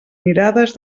mirades